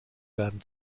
werden